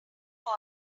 call